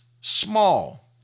small